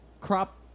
crop